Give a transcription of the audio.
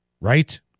right